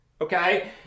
Okay